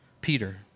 Peter